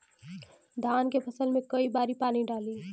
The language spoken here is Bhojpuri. धान के फसल मे कई बारी पानी डाली?